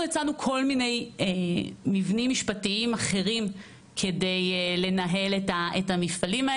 אנחנו הצענו כל מיני מבנים משפטיים אחרים כדי לנהל את המפעלים.